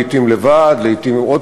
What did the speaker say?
לעתים לבד,